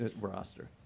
roster